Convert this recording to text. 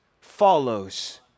follows